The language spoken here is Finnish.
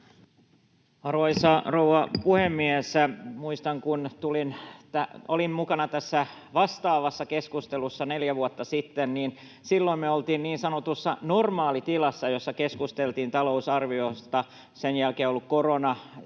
Arvoisa rouva puhemies! Muistan, että kun olin mukana tässä vastaavassa keskustelussa neljä vuotta sitten, niin silloin me oltiin niin sanotussa normaalitilassa, jossa keskusteltiin talousarviosta. Sen jälkeen on ollut korona,